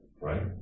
Right